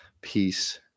Peace